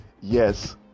Yes